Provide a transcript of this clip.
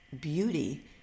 beauty